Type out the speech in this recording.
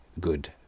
good